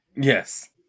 Yes